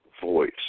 voice